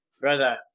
brother